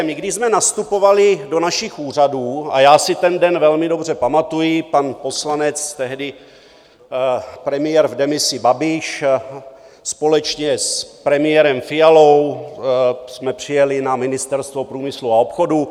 Když jsme nastupovali do našich úřadů, a já si ten den velmi dobře pamatuji, pan poslanec, tehdy premiér v demisi Babiš, společně s premiérem Fialou jsme přijeli na Ministerstvo průmyslu a obchodu.